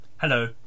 Hello